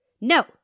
No